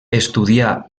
estudià